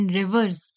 rivers